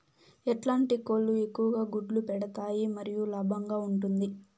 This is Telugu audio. ఎట్లాంటి కోళ్ళు ఎక్కువగా గుడ్లు పెడతాయి మరియు లాభంగా ఉంటుంది?